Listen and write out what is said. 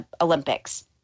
Olympics